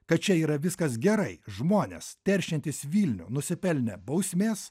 kad čia yra viskas gerai žmonės teršiantys vilnių nusipelnė bausmės